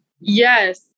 yes